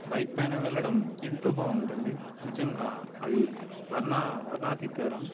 bike పైన వెళ్ళడం ఎంతో బాగుంటుంది నిజంగా అది వర్ణ వర్ణనాతీతం